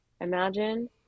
Imagine